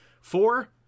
four